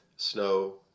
Snow